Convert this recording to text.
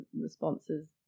responses